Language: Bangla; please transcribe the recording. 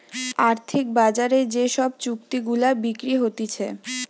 আর্থিক বাজারে যে সব চুক্তি গুলা বিক্রি হতিছে